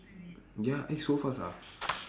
ya eh so fast ah